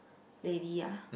lady ah